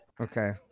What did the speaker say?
Okay